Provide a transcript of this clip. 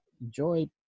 enjoy